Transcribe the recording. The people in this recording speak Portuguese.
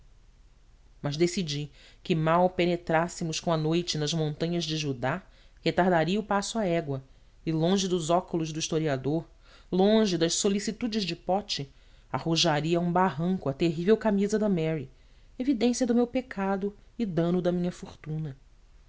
mas decidi que mal penetrássemos com a noite nas montanhas de judá retardaria o passo à égua e longe dos óculos do historiador longe das solicitudes de pote arrojaria a um barranco a terrível camisa de mary evidência do meu pecado e dano da minha fortuna